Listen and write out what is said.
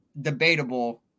debatable